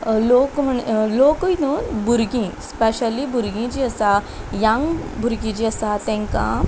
लोक म्हूण लोकूय न्हय भुरगीं स्पेशली भुरगीं जीं आसा यंग भुरगीं जी आसा तांकां